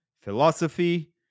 philosophy